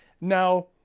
Now